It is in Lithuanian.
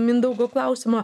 mindaugo klausimo